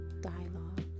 dialogue